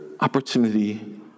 opportunity